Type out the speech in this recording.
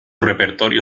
repertorio